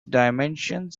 dimensions